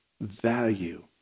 value